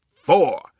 four